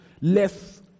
less